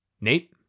Nate